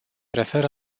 referă